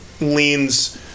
leans